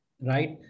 Right